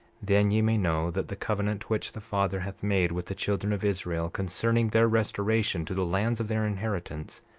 then ye may know that the covenant which the father hath made with the children of israel, concerning their restoration to the lands of their inheritance,